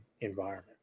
environment